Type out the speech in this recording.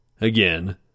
Again